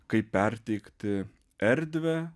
kaip perteikti erdvę